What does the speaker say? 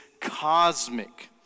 cosmic